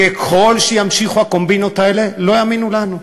ככל שימשיכו הקומבינות האלה, לא יאמינו לנו.